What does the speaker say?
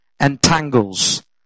entangles